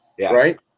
right